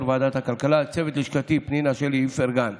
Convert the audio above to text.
יו"ר ועדת הכלכלה, לצוות לשכתי, פנינה שלי איפרגן,